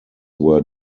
were